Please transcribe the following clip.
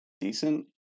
decent